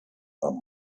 are